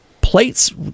Plates